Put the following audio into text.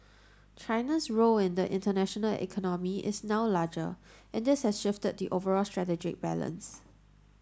China's role in the international economy is now larger and this has shifted the overall strategic balance